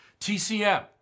TCM